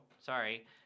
sorry